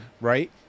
right